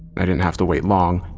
i didn't have to wait long.